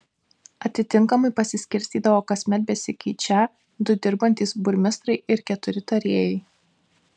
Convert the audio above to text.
atitinkamai pasiskirstydavo kasmet besikeičią du dirbantys burmistrai ir keturi tarėjai